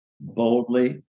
boldly